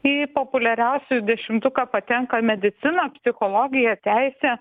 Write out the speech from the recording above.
į populiariausių dešimtuką patenka medicina psichologija teisė